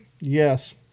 Yes